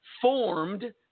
formed